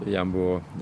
jam buvo